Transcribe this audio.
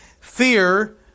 Fear